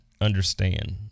understand